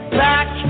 back